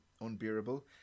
unbearable